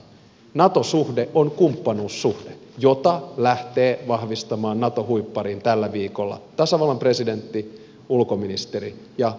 nato suhde on kumppanuussuhde jota lähtevät vahvistamaan nato huippariin tällä viikolla tasavallan presidentti ulkoministeri ja puolustusministeri